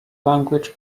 language